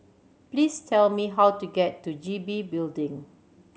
please tell me how to get to G B Building